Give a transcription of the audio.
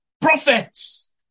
Prophets